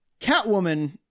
Catwoman